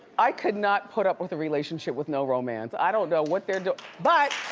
i could not put up with a relationship with no romance. i don't know what they're doing. but,